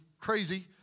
crazy